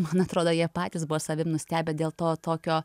man atrodo jie patys buvo savim nustebę dėl to tokio